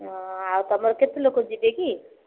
ହଁ ଆଉ ତମର କେତେ ଲୋକ ଯିବେ କି